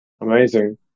Amazing